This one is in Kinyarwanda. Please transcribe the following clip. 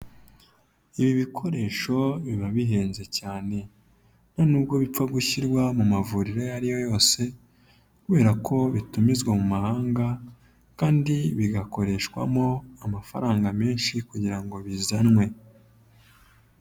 Ibi bikoresho biba bihenze cyane nta nubwo bipfa gushyirwa mu mavuriro ayo ariyo yose kubera ko bitumizwa mu mahanga kandi bigakoreshwamo amafaranga menshi kugira ngo bizanwe.